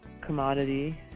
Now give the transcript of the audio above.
commodity